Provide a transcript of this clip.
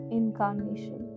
incarnation